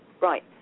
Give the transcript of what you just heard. Right